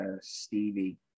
Stevie